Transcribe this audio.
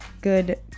Good